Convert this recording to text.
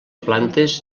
plantes